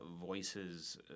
voices